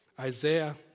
Isaiah